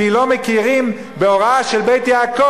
כי לא מכירים בהוראה של "בית יעקב",